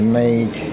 made